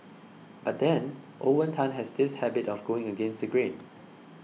but then Owen Tan has this habit of going against the grain